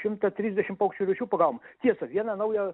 šimta trisdešim paukščių rūšių pagavom tiesa vieną naują